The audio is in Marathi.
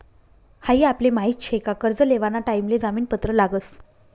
हाई आपले माहित शे का कर्ज लेवाना टाइम ले जामीन पत्र लागस